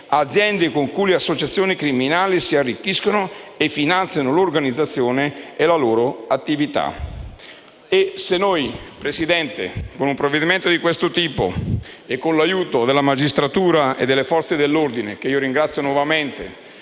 aziende con le quali le associazioni criminali si arricchiscono e finanziano l'organizzazione e la loro attività. Se noi, signora Presidente, con un provvedimento di questo tipo e con l'aiuto della magistratura e delle Forze dell'ordine, che io ringrazio nuovamente,